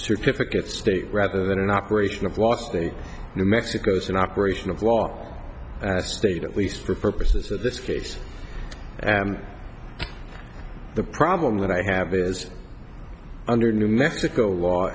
certificate state rather than an operation of lost a new mexico's an operation of law as stated at least for purposes of this case and the problem that i have is under new mexico law